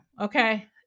Okay